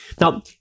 Now